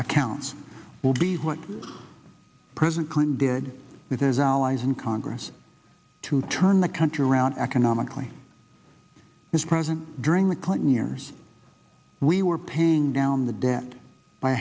accounts will be what president clinton did with his allies in congress to turn the country around economically was present during the clinton years we were paying down the debt by